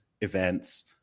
events